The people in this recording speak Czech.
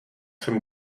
jsem